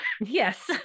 Yes